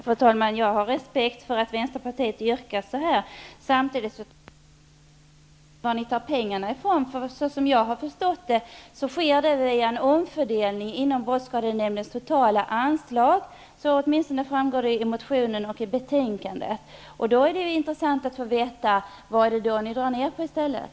Fru talman! Jag har respekt för att Vänsterpartiet yrkar som det gör. Samtidigt krävs en förklaring på varifrån ni tar pengarna. Så som jag har förstått det sker det en omfördelning inom brottskadenämndens totala anslag. Detta framgår åtminstone av motionen och betänkandet. Det är då intressant att få veta vad ni drar ned på i stället.